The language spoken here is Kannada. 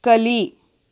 ಕಲಿ